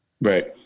right